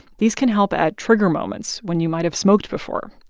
these can help at trigger moments when you might have smoked before.